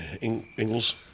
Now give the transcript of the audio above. Ingles